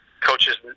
coaches